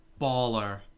baller